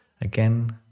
again